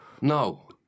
no